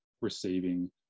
receiving